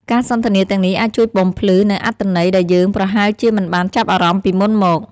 ការសន្ទនាទាំងនេះអាចជួយបំភ្លឺនូវអត្ថន័យដែលយើងប្រហែលជាមិនបានចាប់អារម្មណ៍ពីមុនមក។